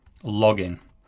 login